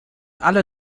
alle